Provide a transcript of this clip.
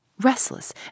Restless